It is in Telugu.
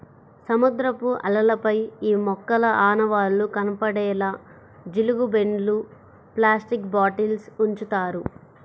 సముద్రపు అలలపై ఈ మొక్కల ఆనవాళ్లు కనపడేలా జీలుగు బెండ్లు, ప్లాస్టిక్ బాటిల్స్ ఉంచుతారు